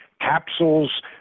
capsules